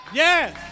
yes